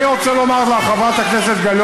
כל הכבוד לך,